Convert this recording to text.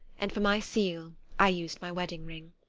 and for my seal i used my wedding ring.